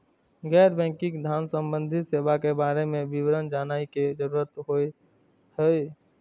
गैर बैंकिंग धान सम्बन्धी सेवा के बारे में विवरण जानय के जरुरत होय हय?